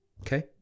Okay